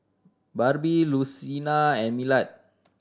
Barbie Lucina and Millard